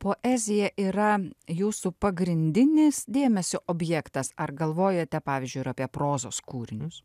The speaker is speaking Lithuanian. poezija yra jūsų pagrindinis dėmesio objektas ar galvojate pavyzdžiui ir apie prozos kūrinius